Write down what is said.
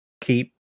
keep